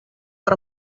per